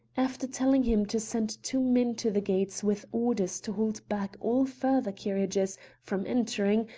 after telling him to send two men to the gates with orders to hold back all further carriages from entering,